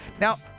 Now